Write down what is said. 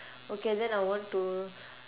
okay then I want to